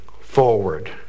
forward